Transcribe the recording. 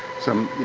some